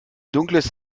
dunkles